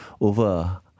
over